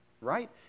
right